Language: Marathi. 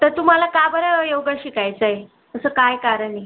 तर तुम्हाला का बरं योगा शिकायचं आहे असं काय कारण आहे